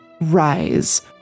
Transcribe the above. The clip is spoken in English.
Rise